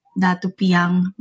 Datupiang